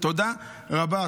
תודה רבה.